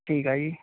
ਠੀਕ ਆ ਜੀ